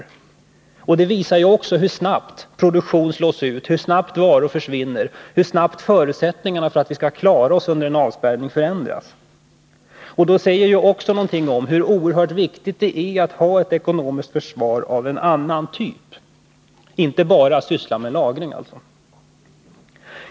Detta visar också hur snabbt produktion slås ut, hur snabbt varor försvinner och hur snabbt förutsättningarna för att vi skall klara oss under en avspärrning förändras. Detta säger också någonting om hur oerhört viktigt det är att ha ett ekonomiskt försvar av en annan typ — och att man inte bara sysslar med lagring.